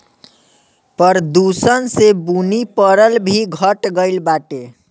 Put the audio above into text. प्रदूषण से बुनी परल भी घट गइल बाटे